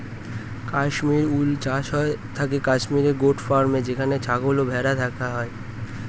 কাশ্মীর উল চাষ হয়ে থাকে কাশ্মীর গোট ফার্মে যেখানে ছাগল আর ভেড়া রাখা হয়